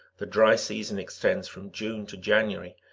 the dry season extends from june to january,